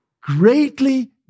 greatly